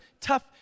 tough